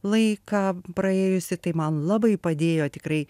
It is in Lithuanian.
laiką praėjusi tai man labai padėjo tikrai